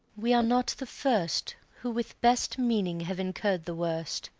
we are not the first who with best meaning have incurr'd the worst.